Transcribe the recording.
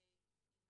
אם